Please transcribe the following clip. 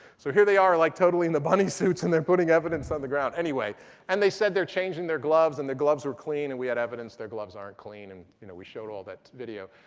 so here they are, like totally in the bunny suits and they're putting evidence on the ground. and they said they're changing their gloves and the gloves are clean and we had evidence their gloves aren't clean, and you know we showed all that video.